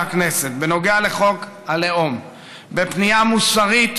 הכנסת בנוגע לחוק הלאום בפנייה מוסרית,